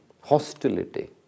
hostility